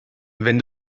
wenn